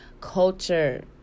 culture